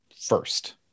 first